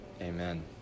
Amen